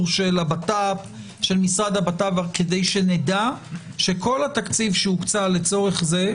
של משרד הבט"פ כדי שנדע שכל התקציב שהוקצה לצורך זה,